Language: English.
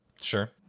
Sure